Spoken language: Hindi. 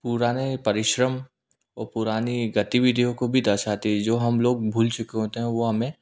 पुराने परिश्रम और पुरानी गतिविधियों को भी दर्शाती है जो हम लोग भूल चुके होते हैं वो हमें